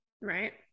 right